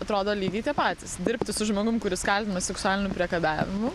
atrodo lygiai tie patys dirbti su žmogum kuris kaltinamas seksualiniu priekabiavimu